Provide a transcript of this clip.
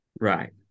Right